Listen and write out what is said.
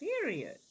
Period